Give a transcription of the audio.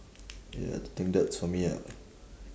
ya I think that's for me ah